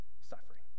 suffering